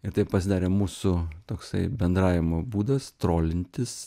ir tai pasidarė mūsų toksai bendravimo būdas trolintis